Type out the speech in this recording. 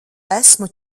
esmu